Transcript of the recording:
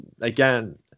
again